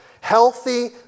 Healthy